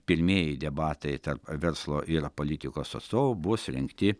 pirmieji debatai tarp verslo ir politikos atstovų buvo surengti